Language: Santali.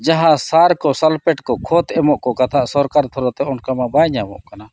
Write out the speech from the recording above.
ᱡᱟᱦᱟᱸ ᱥᱟᱨ ᱠᱚ ᱠᱚ ᱠᱷᱚᱫᱽ ᱮᱢᱚᱜ ᱠᱚ ᱠᱟᱛᱷᱟ ᱥᱚᱨᱠᱟᱨ ᱛᱮ ᱚᱱᱠᱟ ᱢᱟ ᱵᱟᱭ ᱧᱟᱢᱚᱜ ᱠᱟᱱᱟ